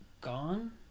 gone